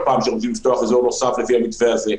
פעם שרוצים לפתוח אזור נוסף לפי המתווה הזה,